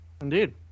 Indeed